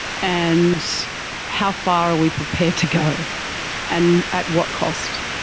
and how far are we prepared to go and at what cost?